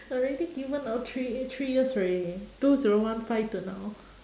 already given a three ye~ three years already two zero one five to now